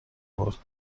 برد